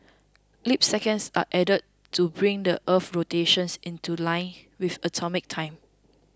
leap seconds are added to bring the Earth's rotations into line with atomic time